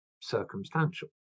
circumstantial